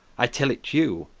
i tell it you,